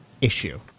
issue